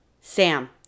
Sam